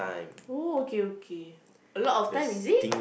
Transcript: oh okay okay a lot of time is it